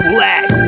Black